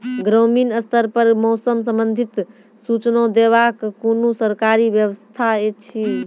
ग्रामीण स्तर पर मौसम संबंधित सूचना देवाक कुनू सरकारी व्यवस्था ऐछि?